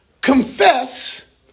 confess